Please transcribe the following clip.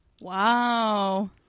Wow